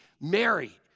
Mary